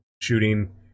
shooting